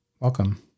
Welcome